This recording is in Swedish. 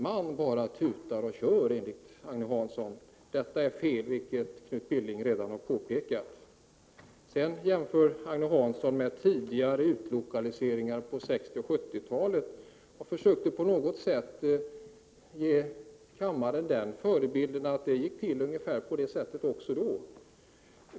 Man bara tutar och kör, enligt Agne Hansson. Detta är fel, och det har Knut Billing redan påpekat. Sedan gör Agne Hansson jämförelser med tidigare utlokaliseringar på 60 och 70-talen. Han försöker att på något sätt ge kammaren en bild av att det gick till på ungefär samma sätt också då.